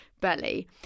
belly